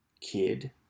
kid